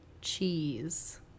cheese